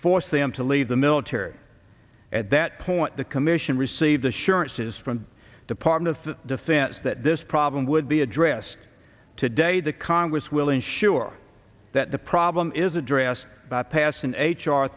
forced them to leave the military at that point the commission received assurances from departments that defense that this problem would be addressed today the congress will ensure that the problem is addressed by passing h